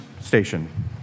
station